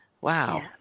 Wow